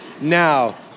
Now